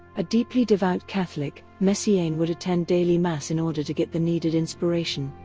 a deeply devout catholic, messiaen would attend daily mass in order to get the needed inspiration,